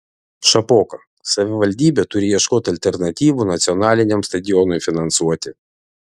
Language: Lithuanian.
šapoka savivaldybė turi ieškoti alternatyvų nacionaliniam stadionui finansuoti